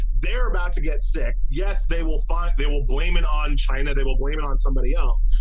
they're about to get sick. yes, they will fight. they will blame it on china they will blame it on somebody else.